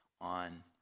on